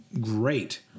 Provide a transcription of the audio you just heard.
great